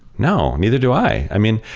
no, neither do i. i mean,